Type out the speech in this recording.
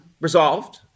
resolved